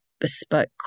bespoke